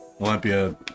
Olympia